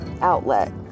outlet